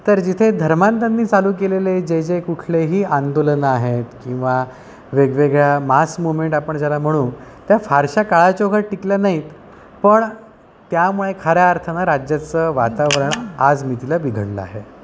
तर जिथे धर्मांधांनी चालू केलेले जे जे कुठलेही आंदोलन आहेत किंवा वेगवेगळ्या मास मुवमेंट आपण ज्याला म्हणू त्या फारशा काळाच्या ओघात टिकल्या नाहीत पण त्यामुळे खऱ्या अर्थानं राज्याचं वातावरण आज मितीला बिघडलं आहे